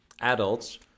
adults